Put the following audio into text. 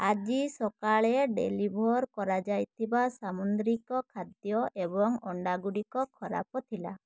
ଆଜି ସକାଳେ ଡେଲିଭର୍ କରାଯାଇଥିବା ସାମୁଦ୍ରିକ ଖାଦ୍ୟ ଏବଂ ଅଣ୍ଡାଗୁଡ଼ିକ ଖରାପ ଥିଲା